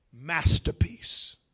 masterpiece